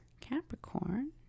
Capricorn